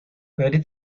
ولی